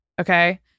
okay